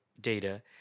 data